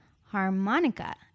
Harmonica